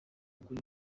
kuri